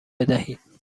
بدهید